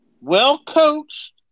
well-coached